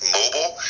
mobile